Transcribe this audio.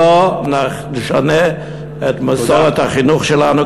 לא נשנה את מסורת החינוך שלנו,